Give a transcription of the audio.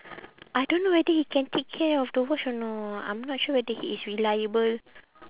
I don't know whether he can take care of the watch or not I'm not sure whether he is reliable